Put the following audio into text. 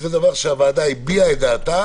שזה דבר שהוועדה הביעה דעתה